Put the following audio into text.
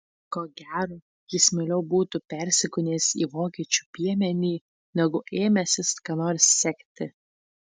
ko gero jis mieliau būtų persikūnijęs į vokiečių piemenį negu ėmęsis ką nors sekti